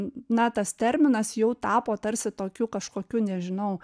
na tas terminas jau tapo tarsi tokių kažkokiu nežinau